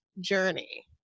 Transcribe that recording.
journey